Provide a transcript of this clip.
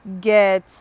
get